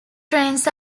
trains